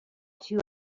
two